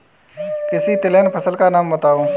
किसी तिलहन फसल का नाम बताओ